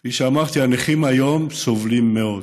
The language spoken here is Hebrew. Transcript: כפי שאמרתי, הנכים היום סובלים מאוד,